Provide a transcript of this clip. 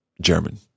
German